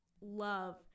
love